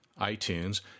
iTunes